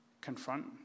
Confront